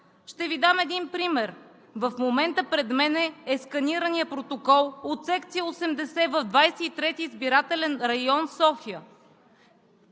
Ще Ви дам един пример. В момента пред мен е сканираният протокол от секция 80 в 23 избирателен район – София.